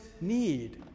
need